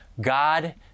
God